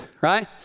right